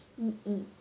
um um